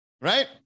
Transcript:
Right